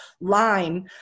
line